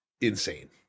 insane